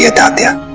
yeah tatya